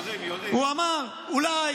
הוא אמר: אולי